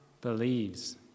believes